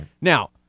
Now